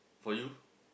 for you